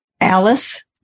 Alice